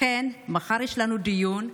לכן מחר יש לנו דיון,